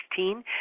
2016